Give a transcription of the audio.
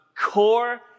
core